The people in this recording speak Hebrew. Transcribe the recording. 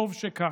טוב שכך.